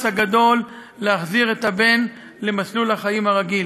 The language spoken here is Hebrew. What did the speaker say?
הגדול להחזיר את הבן למסלול החיים הרגיל.